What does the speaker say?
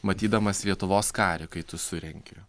matydamas lietuvos karį kai tu surenki